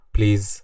Please